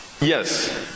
Yes